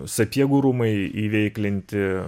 sapiegų rūmai įveiklinti